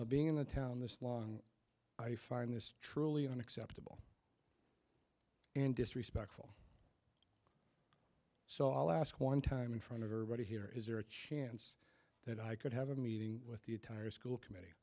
being in the town this long i find this truly unacceptable and disrespectful so i'll ask one time in front of everybody here is there a chance that i could have a meeting with the entire school committee